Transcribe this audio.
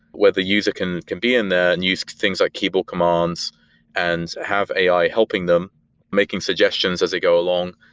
whether a user can can be in there and use things like keyboard commands and have ai helping them making suggestions as they go along.